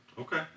Okay